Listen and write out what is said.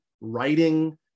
writing